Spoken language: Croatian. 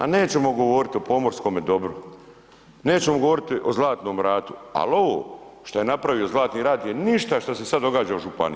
A nećemo govoriti o pomorskome dobru, nećemo govoriti o Zlatnom ratu, ali ovo što je napravio Zlatni rat je ništa što se sad događa u županiji.